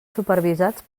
supervisats